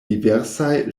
diversaj